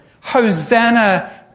Hosanna